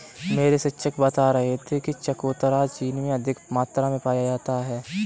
मेरे शिक्षक बता रहे थे कि चकोतरा चीन में अधिक मात्रा में पाया जाता है